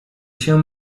się